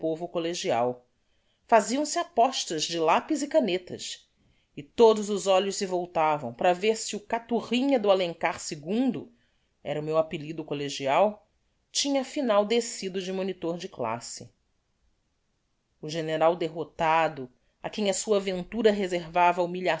povo collegial faziam-se apostas de lapis e canetas e todos os olhos se voltavam para ver si o caturrinha do alencar o era o meu apellido collegial tinha afinal descido de monitor de classe o general derrotado á quem a sua ventura reservava